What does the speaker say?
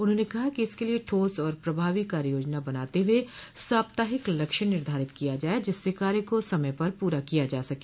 उन्होंने कहा कि इसके लिये ठोस और प्रभावी कार्ययोजना बनाते हुये साप्ताहिक लक्ष्य निर्धारित किया जाये जिससे कार्य को समय पर पूरा किया जा सके